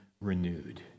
renewed